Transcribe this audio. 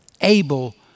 able